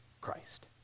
Christ